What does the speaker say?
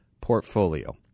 portfolio